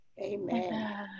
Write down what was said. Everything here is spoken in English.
Amen